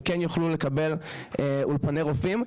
כן יוכלו לקבל אולפני רופאים,